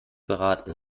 beraten